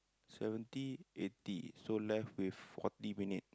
seventy eighty so left with forty minute